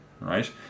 right